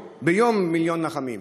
מיליון כיכרות לחם ביום,